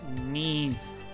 knees